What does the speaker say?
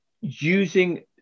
using